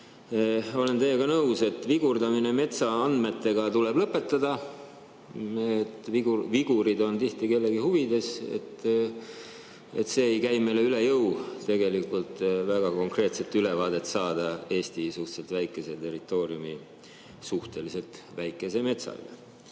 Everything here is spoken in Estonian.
olen teiega nõus, et vigurdamine metsaandmetega tuleb lõpetada. Need vigurid on tihti kellegi huvides. Tegelikult ei käi meile üle jõu väga konkreetset ülevaadet saada Eesti suhteliselt väikese territooriumi suhteliselt väikesest